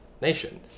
nation